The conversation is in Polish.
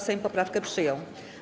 Sejm poprawkę przyjął.